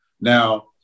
Now